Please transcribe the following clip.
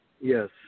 Yes